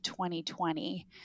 2020